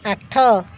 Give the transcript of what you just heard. ଆଠ